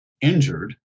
injured